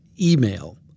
email